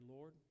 Lord